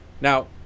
now